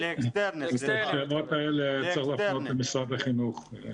את השאלות האלה צריך להפנות למשרד החינוך.